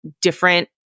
different